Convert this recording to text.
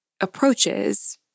approaches